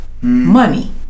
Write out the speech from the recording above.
money